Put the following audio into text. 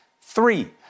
Three